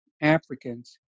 Africans